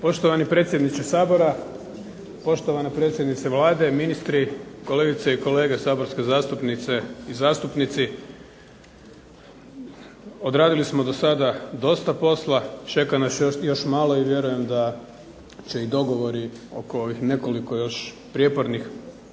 Poštovani predsjedniče Sabora, poštovana predsjednice Vlade, ministri, kolegice i kolege saborske zastupnice i zastupnici. Odradili smo dosada dosta posla, čeka nas još malo i vjerujem da će i dogovori oko ovih nekoliko još prijepornih, ali